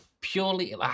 Purely